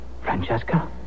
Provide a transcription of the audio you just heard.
Francesca